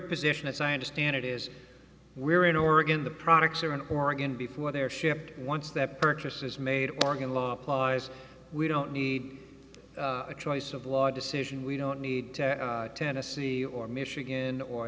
position as i understand it is we're in oregon the products are in oregon before they're shipped wants their purchases made oregon law applies we don't need a choice of law decision we don't need to tennessee or michigan or